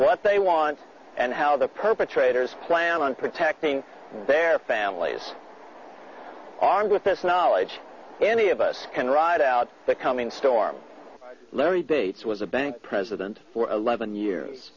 what they want and how the perpetrators plan on protecting their families are with this knowledge any of us can ride out the coming storm larry date's was a bank president for eleven years